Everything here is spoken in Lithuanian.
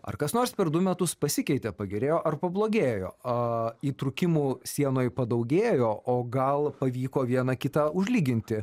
ar kas nors per du metus pasikeitė pagerėjo ar pablogėjo a įtrūkimų sienoj padaugėjo o gal pavyko vieną kitą užlyginti